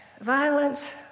violence